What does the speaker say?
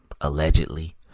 allegedly